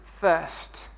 first